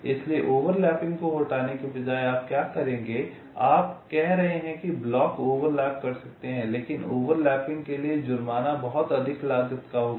इसलिए ओवरलैपिंग को हटाने के बजाय आप क्या करेंगे आप कह रहे हैं कि ब्लॉक ओवरलैप कर सकते हैं लेकिन ओवरलैपिंग के लिए जुर्माना बहुत अधिक लागत का होगा